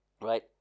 Right